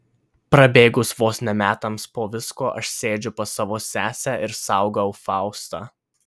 prabėgus vos ne metams po visko aš sėdžiu pas savo sesę ir saugau faustą